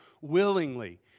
willingly